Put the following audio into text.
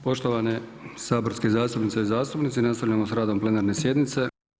Poštovane saborske zastupnice i zastupnici, nastavljamo sa radom plenarne sjednice.